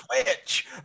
Twitch